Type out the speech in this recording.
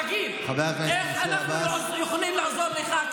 תגיד, איך אנחנו יכולים לעזור לך?